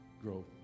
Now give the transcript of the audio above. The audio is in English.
grow